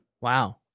Wow